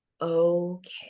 okay